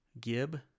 Gib